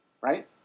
Right